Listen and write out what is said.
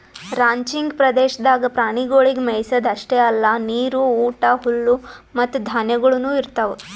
ranching ಪ್ರದೇಶದಾಗ್ ಪ್ರಾಣಿಗೊಳಿಗ್ ಮೆಯಿಸದ್ ಅಷ್ಟೆ ಅಲ್ಲಾ ನೀರು, ಊಟ, ಹುಲ್ಲು ಮತ್ತ ಧಾನ್ಯಗೊಳನು ಇರ್ತಾವ್